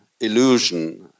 illusion